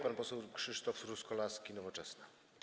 Pan poseł Krzysztof Truskolaski, Nowoczesna.